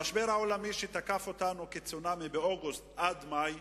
המשבר העולמי תקף אותנו כצונאמי מאוגוסט עד מאי,